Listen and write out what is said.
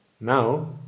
Now